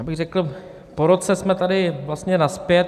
Já bych řekl, po roce jsme tady vlastně nazpět.